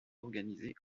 organisés